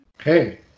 Hey